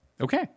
Okay